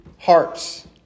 hearts